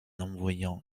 envoyant